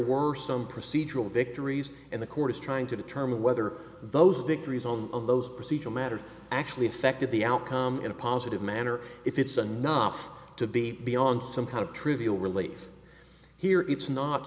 were some procedural victories and the court is trying to determine whether those victories on those procedural matters actually affected the outcome in a positive manner if it's a not to be beyond some kind of trivial relays here it's not